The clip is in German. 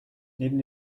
neben